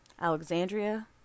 Alexandria